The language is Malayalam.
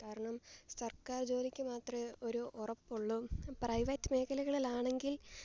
കാരണം സർക്കാർ ജോലിക്കു മാത്രമേ ഒരു ഉറപ്പുള്ളൂ പ്രൈവറ്റ് മേഖലകളിലാണെങ്കിൽ